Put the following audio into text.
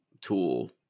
tool